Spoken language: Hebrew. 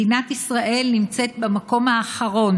מדינת ישראל נמצאת במקום האחרון